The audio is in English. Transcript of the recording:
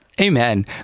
Amen